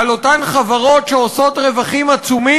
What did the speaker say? על אותן חברות שעושות רווחים עצומים